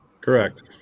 Correct